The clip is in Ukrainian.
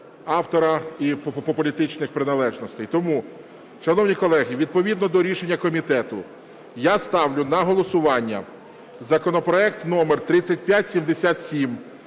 автора і політичних приналежностей. Тому, шановні колеги, відповідно до рішення комітету я ставлю на голосування законопроект №3577: